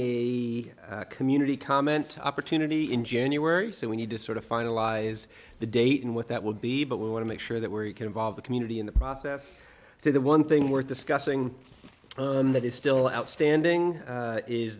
g a community comment opportunity in january so we need to sort of finalize the date and what that will be but we want to make sure that we're you can involve the community in the process so the one thing we're discussing that is still outstanding